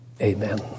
Amen